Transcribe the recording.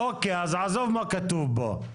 עזוב מה כתוב פה.